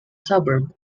suburb